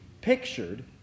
pictured